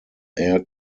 air